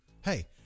Hey